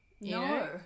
no